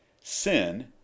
Sin